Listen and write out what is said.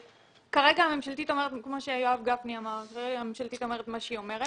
כרגע ההצעה הממשלתית אומרת - כמו שיואב גפני אמר - מה שהיא אומרת.